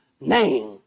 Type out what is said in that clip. name